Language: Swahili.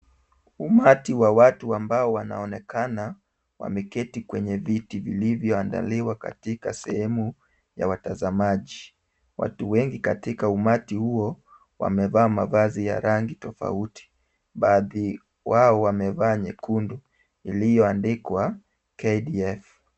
Umati wa watu ambao wanaonekana wameketi kwenye viti vilivyo andaliwa katika sehemu ya watazamaji. Watu wengi katika umati huo wamevaa mavazi ya rangi tofauti baadhi wao wamevaa nyekundu iliyoandikwa KDF.